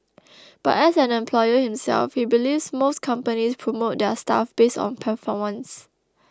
but as an employer himself he believes most companies promote their staff based on performance